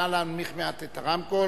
נא להנמיך מעט את הרמקול.